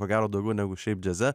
ko gero daugiau negu šiaip džiaze